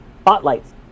spotlights